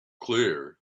clear